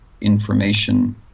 information